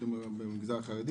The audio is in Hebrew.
קידום החינוך במגזר החרדי